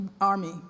army